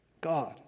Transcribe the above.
God